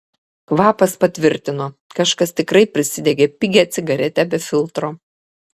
kvapas patvirtino kažkas tikrai prisidegė pigią cigaretę be filtro